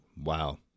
Wow